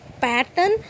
pattern